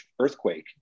earthquake